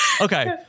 Okay